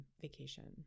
vacation